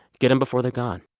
get them before they're gone